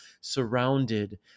surrounded